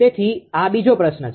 તેથી આ બીજો પ્રશ્ન છે